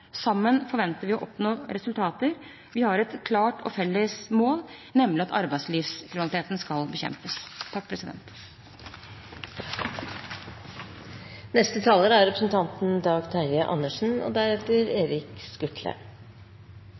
sammen forventer vi å oppnå resultater. Vi har et klart og felles mål, nemlig at arbeidslivskriminaliteten skal bekjempes. Det er fortjenstfullt at Riksrevisjonen har gått inn og sett på både offentlige anskaffelser og